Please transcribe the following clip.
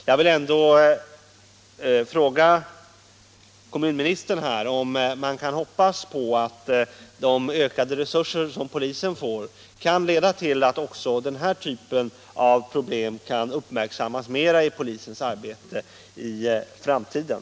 Jag vill ändå fråga kommunministern om vi kan hoppas på att de ökade resurser som polisen får kan leda till att också denna typ av problem uppmärksammas mer i polisens arbete i framtiden.